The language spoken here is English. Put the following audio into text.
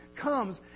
comes